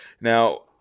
Now